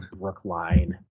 Brookline